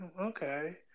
okay